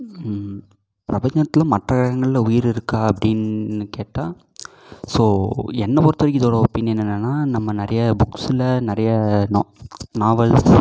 பிரிபஞ்சத்தில் மற்ற கிரகங்களில் உயிர் இருக்கா அப்படின்னு கேட்டால் ஸோ என்ன பொருத்த வரைக்கும் இதோடய ஒப்பீனியன் என்னென்னா நம்ம நிறைய புக்ஸுல் நிறைய நா நாவால்ஸ்